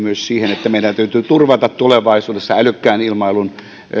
siihen että meidän täytyy turvata tulevaisuudessa älykkään ilmailun